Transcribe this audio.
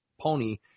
pony